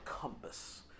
compass